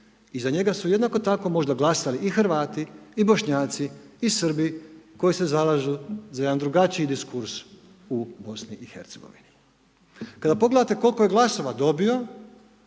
I za njega su jednako tako možda glasali i Hrvati i Bošnjaci i Srbi koji se zalažu za jedan drugačiji diskurs u BiH. Kada pogledate koliko je glasova dobio,